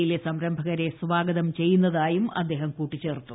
യിലെ സംരംഭകരെ സ്വാഗതം ചെയ്യുന്ന തായും അദ്ദേഹം കൂട്ടിച്ചേർത്തു